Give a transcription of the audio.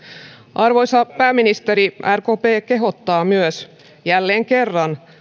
arvoisa pääministeri rkp myös kehottaa jälleen kerran